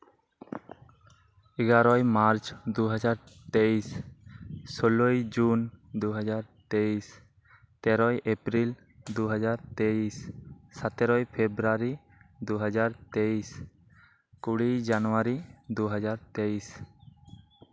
ᱮᱜᱟᱨᱳᱭ March ᱫᱩ ᱦᱟᱡᱟᱨ ᱛᱮᱭᱤᱥ ᱥᱳᱞᱞᱳᱭ ᱡᱩᱱ ᱫᱩ ᱦᱟᱡᱟᱨ ᱛᱮᱭᱤᱥ ᱛᱮᱨᱳᱭ ᱮᱯᱨᱤᱞ ᱫᱩ ᱦᱟᱡᱟᱨ ᱛᱮᱭᱤᱥ ᱥᱟᱛᱮᱨᱳᱭ ᱯᱷᱮᱵᱨᱩᱣᱟᱨᱤ ᱫᱩ ᱦᱟᱡᱟᱨ ᱛᱮᱭᱤᱥ ᱠᱩᱲᱤᱭ ᱡᱟᱱᱩᱣᱟᱨᱤ ᱫᱩ ᱦᱟᱡᱟᱨ ᱛᱮᱭᱤᱥ